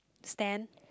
stand